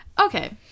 Okay